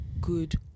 good